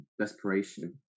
desperation